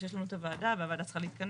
שיש לנו את הוועדה והוועדה צריכה להתכנס.